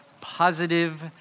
positive